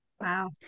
Wow